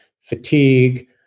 fatigue